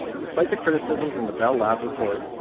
despite the criticisms in the bell labs report,